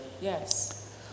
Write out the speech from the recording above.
yes